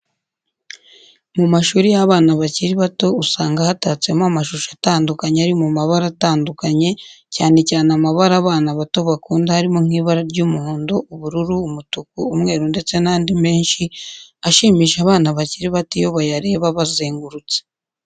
Mu mashuri y'abana bakiri bato usanga hatatsemo amashusho atandukanye ari mu mbara atandukanye cyane cyane amabara abana bato bakunda harimo nk'ibara ry'umuhondo, ubururu, umutuku, umweru ndetse n'andi menshi ashimisha abana bakiri bato iyo bayareba abazengurutse.